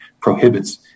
prohibits